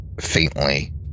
faintly